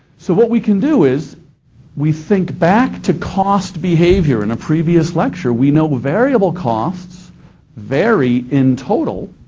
so what we can do is we think back to cost behavior in a previous lecture. we know variable costs vary in total,